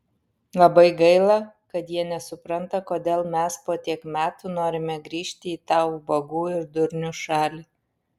labai gaila kad jie nesupranta kodėl mes po tiek metų norime grįžti į tą ubagų ir durnių šalį